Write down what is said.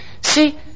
See